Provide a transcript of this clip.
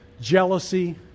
Jealousy